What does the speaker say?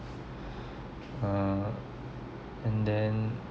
uh and then